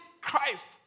Christ